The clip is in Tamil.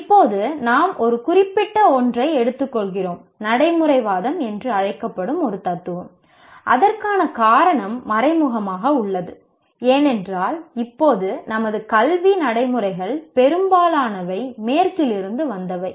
இப்போது நாம் ஒரு குறிப்பிட்ட ஒன்றை எடுத்துக்கொள்கிறோம் நடைமுறைவாதம் என்று அழைக்கப்படும் ஒரு தத்துவம் அதற்கான காரணம் மறைமுகமாக உள்ளது ஏனென்றால் இப்போது நமது கல்வி நடைமுறைகள் பெரும்பாலானவை மேற்கிலிருந்து வந்தவை